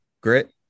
grit